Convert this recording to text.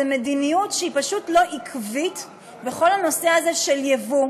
מדיניות שהיא פשוט לא עקבית בכל הנושא של יבוא,